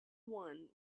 one